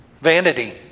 Vanity